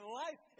life